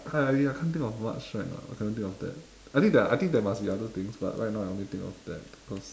uh ya I can't think of much right now I can only think of that I think there are I think there must be other things but right now I only think of that cause